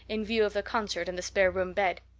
in view of the concert and the spare-room bed.